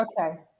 okay